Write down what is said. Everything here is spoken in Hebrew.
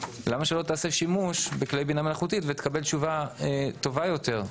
למה שלא תעשה שימוש בכלי בינה מלאכותית ותקבל תשובה טובה יותר?